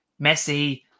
Messi